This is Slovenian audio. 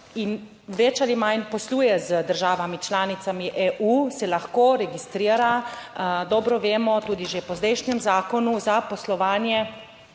in več ali manj posluje z državami članicami EU, se lahko registrira, dobro vemo, tudi že po zdajšnjem zakonu, za poslovanje,